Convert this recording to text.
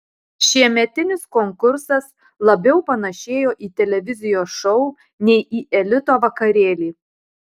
šiemetinis konkursas labiau panašėjo į televizijos šou nei į elito vakarėlį